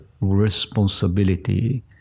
responsibility